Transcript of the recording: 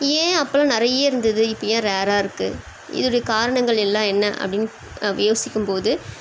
ஏன் அப்பெல்லாம் நிறைய இருந்தது இப்போ ஏன் ரேராக இருக்குது இதோனுடைய காரணங்கள் எல்லாம் என்ன அப்படின்னு யோசிக்கும்போது